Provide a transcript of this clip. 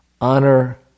honor